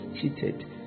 cheated